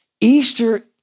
Easter